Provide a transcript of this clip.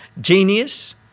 Genius